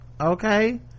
okay